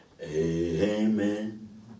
amen